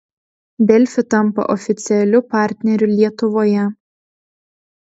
delfi tampa oficialiu partneriu lietuvoje